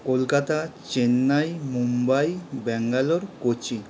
Kolkata Chennai Mumbai Bangalore Kochi